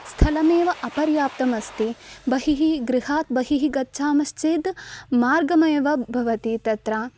स्थलमेव अपर्याप्तम् अस्ति बहिः गृहात् बहिः गच्छामश्चेत् मार्गः एव भवति तत्र